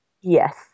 Yes